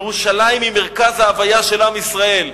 ירושלים היא מרכז ההוויה של עם ישראל,